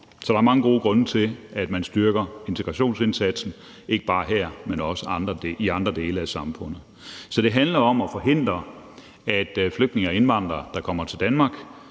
der er mange gode grunde til, at man styrker integrationsindsatsen ikke bare her, men også i andre dele af samfundet. Det handler om at forhindre, at flygtninge og indvandrere, der kommer til Danmark,